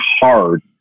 hard